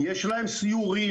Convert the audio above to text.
יש להם סיורים,